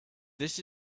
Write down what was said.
this